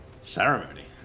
Ceremony